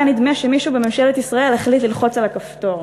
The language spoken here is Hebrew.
היה נדמה שמישהו בממשלת ישראל החליט ללחוץ על הכפתור.